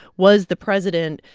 was the president,